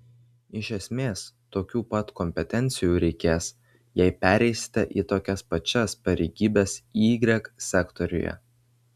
iš esmės tokių pat kompetencijų reikės jei pereisite į tokias pačias pareigybes y sektoriuje